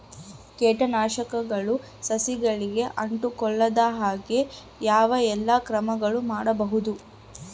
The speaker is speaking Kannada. ಕೇಟನಾಶಕಗಳು ಸಸಿಗಳಿಗೆ ಅಂಟಿಕೊಳ್ಳದ ಹಾಗೆ ಯಾವ ಎಲ್ಲಾ ಕ್ರಮಗಳು ಮಾಡಬಹುದು?